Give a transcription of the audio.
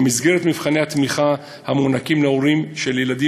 במסגרת מבחני התמיכה המוענקים להורים של ילדים